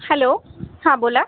hello हां बोला